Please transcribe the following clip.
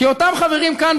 כי אותם חברים כאן,